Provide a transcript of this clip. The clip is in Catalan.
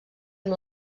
amb